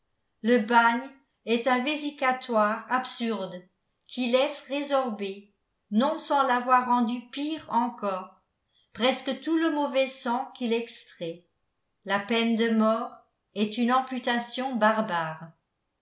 le bagne est un vésicatoire absurde qui laisse résorber non sans l'avoir rendu pire encore presque tout le mauvais sang qu'il extrait la peine de mort est une amputation barbare